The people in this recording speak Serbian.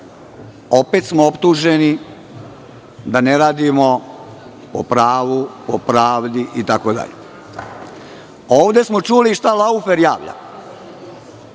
opet smo optuženi da ne radimo po pravu, po pravdi, itd. Ovde smo čuli šta „Laufer“ javlja.